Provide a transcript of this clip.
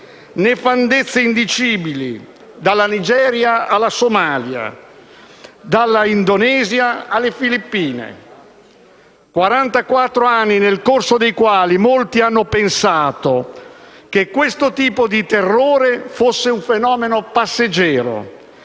nefandezze indicibili, dalla Nigeria alla Somalia, dall'Indonesia alle Filippine. Quarantaquattro anni nel corso dei quali molti hanno pensato che questo tipo di terrore fosse un fenomeno passeggero,